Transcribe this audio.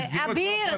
אביר?